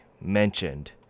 mentioned